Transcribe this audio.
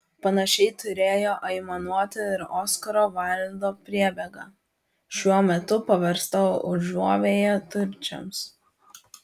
panašiai turėjo aimanuoti ir oskaro vaildo priebėga šiuo metu paversta užuovėja turčiams